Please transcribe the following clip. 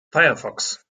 firefox